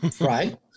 right